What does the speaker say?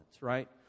right